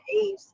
age